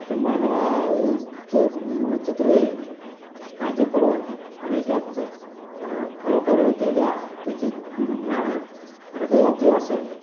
तसं मानवाचं मं चित्र हे काळजीपूर्वक आणि त्यात खरोखर त्याच्या त्याचे मा हृदयात जे असंल